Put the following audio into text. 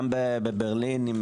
בברלין.